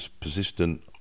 persistent